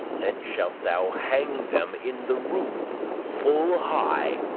then shalt thou hang them in the roof full high,